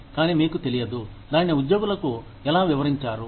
కానీ మీకు తెలియదు దానిని ఉద్యోగులకూ ఎలా వివరించారు